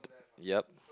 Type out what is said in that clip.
yea